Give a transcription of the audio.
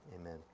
amen